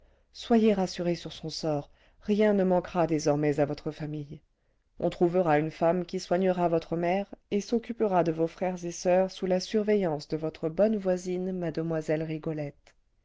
soyez rassurée sur son sort rien ne manquera désormais à votre famille on trouvera une femme qui soignera votre mère et s'occupera de vos frères et soeurs sous la surveillance de votre bonne voisine mlle rigolette